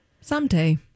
Someday